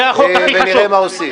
נראה מה עושים.